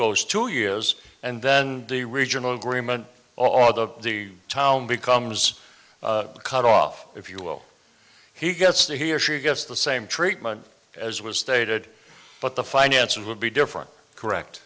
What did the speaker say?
goes two years and then the regional agreement although the town becomes a cut off if you will he gets the he or she gets the same treatment as was stated but the finances would be different correct